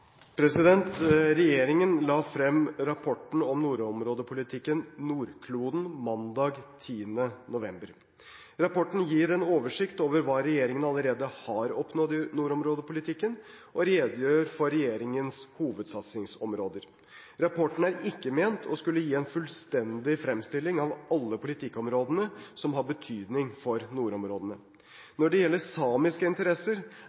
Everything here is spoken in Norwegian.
dette?» Regjeringen la frem rapporten om nordområdepolitikken, Nordkloden, mandag 10. november. Rapporten gir en oversikt over hva regjeringen allerede har oppnådd i nordområdepolitikken, og redegjør for regjeringens hovedsatsingsområder. Rapporten er ikke ment å skulle gi en fullstendig fremstilling av alle politikkområdene som har betydning for nordområdene. Når det gjelder samiske interesser,